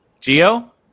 Geo